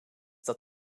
dat